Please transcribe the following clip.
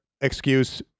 excuse